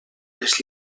les